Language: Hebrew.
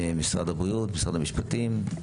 משרד הבריאות, משרד המשפטים,